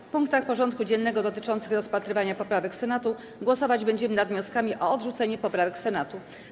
W punktach porządku dziennego dotyczących rozpatrywania poprawek Senatu głosować będziemy nad wnioskami o odrzucenie poprawek Senatu.